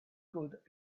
good